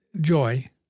joy